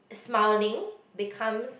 smiling becomes